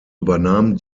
übernahmen